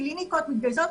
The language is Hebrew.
קליניקות מתגייסות,